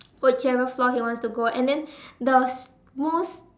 whichever floor he wants to go and then the most